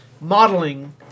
modeling